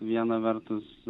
viena vertus